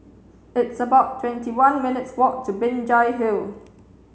it's about twenty one minutes' walk to Binjai Hill